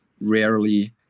rarely